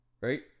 Right